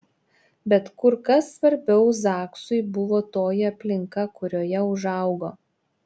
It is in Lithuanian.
bet kur kas svarbiau zaksui buvo toji aplinka kurioje užaugo